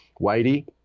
Whitey